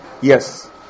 yes